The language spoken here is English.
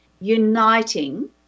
Uniting